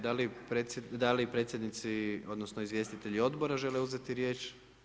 Da li predsjednici odnosno izvjestitelji Odbora žele uzeti riječ?